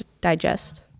digest